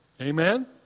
Amen